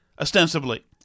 ostensibly